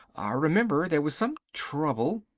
remember there was some trouble.